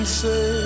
say